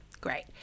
great